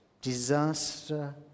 disaster